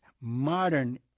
modern